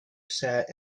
sat